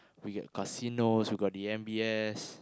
we get casinos we got the M_B_S